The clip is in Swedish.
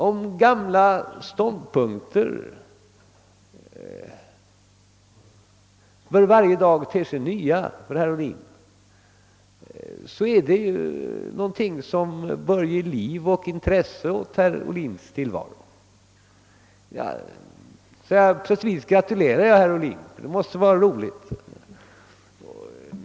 Om gamla ståndpunkter för varje dag ter sig nya för herr Ohlin, är det någonting som bör ge liv och intresse åt hans tillvaro. På sätt och vis gratulerar jag herr Ohlin, ty det måste vara roligt.